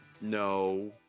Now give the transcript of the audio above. No